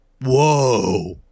whoa